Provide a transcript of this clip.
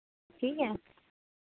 ठीक ऐ